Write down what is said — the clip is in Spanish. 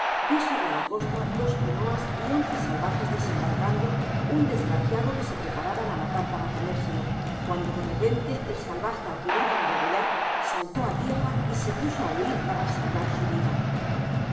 vi sobre la costa dos canoas y once salvajes desembarcando un desgraciado que se preparaban á matar para comérselo cuando de repente el salvaje á quien iban á degollar saltó á tierra y se puso á huir para asegurar su vida me